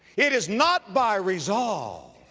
it is not by resolve,